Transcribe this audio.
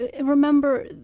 Remember